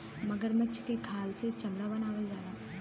मगरमच्छ के छाल से चमड़ा बनावल जाला